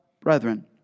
brethren